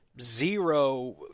zero